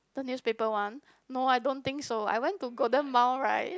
the newspaper one no I don't think so I went to Golden Mile right